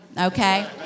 Okay